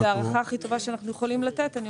זו ההערכה הכי טובה שאנחנו יכולים לתת.